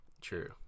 True